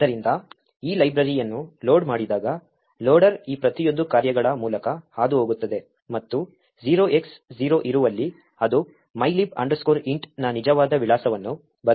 ಆದ್ದರಿಂದ ಈ ಲೈಬ್ರರಿಯನ್ನು ಲೋಡ್ ಮಾಡಿದಾಗ ಲೋಡರ್ ಈ ಪ್ರತಿಯೊಂದು ಕಾರ್ಯಗಳ ಮೂಲಕ ಹಾದುಹೋಗುತ್ತದೆ ಮತ್ತು 0X0 ಇರುವಲ್ಲಿ ಅದು mylib int ನ ನಿಜವಾದ ವಿಳಾಸವನ್ನು ಬದಲಾಯಿಸುತ್ತದೆ